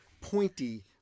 pointy